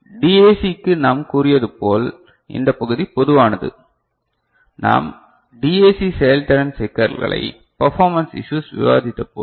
டிஏசிக்கு நான் கூறியது போல் இந்த பகுதி பொதுவானது நாம் டிஏசி செயல்திறன் சிக்கல்களை பெர்பார்மன்ஸ் இஸ்யூஸ் விவாதித்தபோது